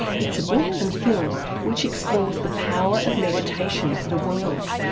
it's a book and film which explores the power of meditation for the world,